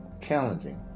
challenging